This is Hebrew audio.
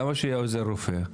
למה שיהיה עוזר רופא?